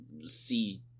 See